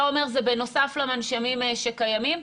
אתה אומר שזה בנוסף למנשמים שקיימים.